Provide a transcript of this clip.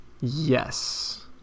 Yes